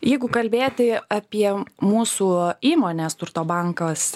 jeigu kalbėti apie mūsų įmonės turto bankas